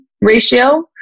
ratio